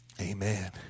amen